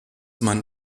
man